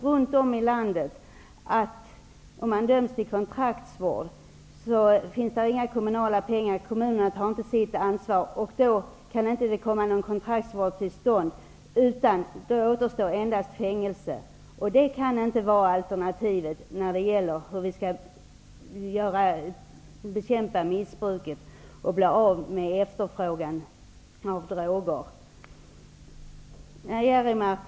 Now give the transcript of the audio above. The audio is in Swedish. Runt om i landet sägs att om någon döms till kontraktsvård finns det inga kommunala pengar till det. Kommunerna tar inte sitt ansvar, och någon kontraktsvård kan då inte komma till stånd. I sådana fall återstår endast fängelse. Det kan inte vara alternativet när det gäller hur vi skall bekämpa missbruket och bli av med efterfrågan på droger.